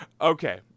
Okay